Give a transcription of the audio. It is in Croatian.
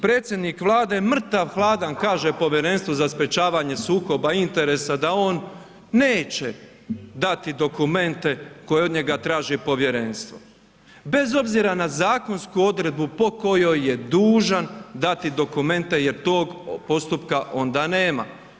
Predsjednik Vlade mrtav hladan kaže Povjerenstvu za sprečavanje sukoba interesa da on neće dati dokumente koje od njega traži povjerenstvo, bez obzira na zakonsku odredbu po kojoj je dužan dati dokumente jer tog postupka onda nema.